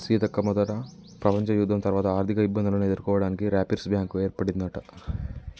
సీతక్క మొదట ప్రపంచ యుద్ధం తర్వాత ఆర్థిక ఇబ్బందులను ఎదుర్కోవడానికి రాపిర్స్ బ్యాంకు ఏర్పడిందట